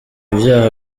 ivyaha